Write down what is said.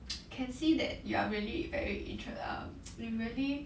I can see that you are really very inter~ um you really